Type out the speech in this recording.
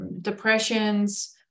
depressions